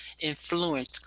influence